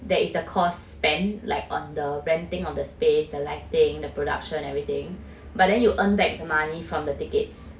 that is the cost spend like on the renting of the space the lighting the production and everything but then you earn back the money from the tickets